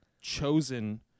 chosen